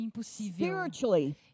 spiritually